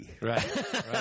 right